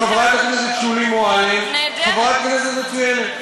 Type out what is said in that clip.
וחברת הכנסת שולי מועלם היא חברת כנסת מצוינת.